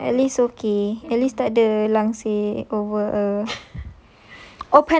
at least okay at least tak ada langsir over a